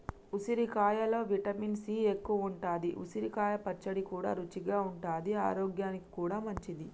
ఉసిరికాయలో vitamin C ఎక్కువుంటది, ఉసిరికాయ పచ్చడి కూడా రుచిగా ఉంటది ఆరోగ్యానికి కూడా మంచిది